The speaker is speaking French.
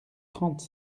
trente